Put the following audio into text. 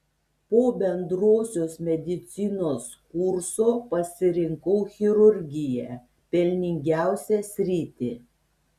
po bendrosios medicinos kurso pasirinkau chirurgiją pelningiausią sritį